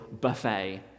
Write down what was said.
buffet